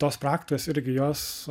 tos praktikos irgi jos